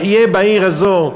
אחיה בעיר הזו.